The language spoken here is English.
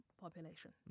population